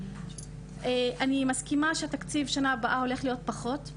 אני מסכימה שהתקציב בשנה הבאה הולך להיות פחות.